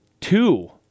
two